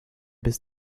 bis